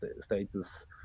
status